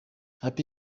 happy